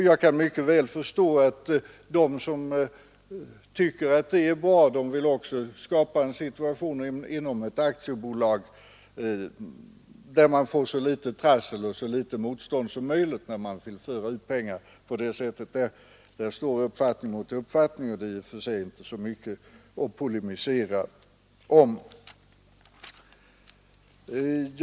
Jag kan mycket väl förstå att de som tycker att det är bra också vill skapa en situation inom ett aktiebolag där man får så litet trassel och motstånd som möjligt när man vill föra ut pengar på det sättet. Där står uppfattning mot uppfattning, och det är i och för sig inte så mycket att polemisera om.